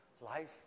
Life